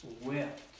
wept